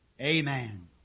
Amen